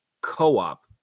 co-op